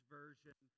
version